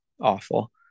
awful